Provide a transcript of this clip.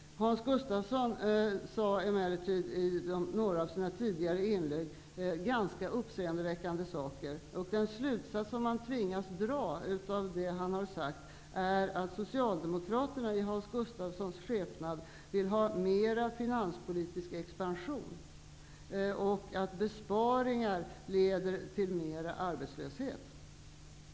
Hans Gustafsson sade i några av sina tidigare inlägg ganska uppseendeväckande saker. Den slutsats som man tvingas dra av det han har sagt är att Socialdemokraterna i Hans Gustafssons skepnad vill ha mer finanspolitisk expansion och att besparingar leder till större arbetslöshet.